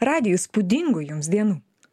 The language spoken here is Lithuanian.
radiju įspūdingų jums dienų